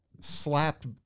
slapped